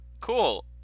Cool